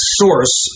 source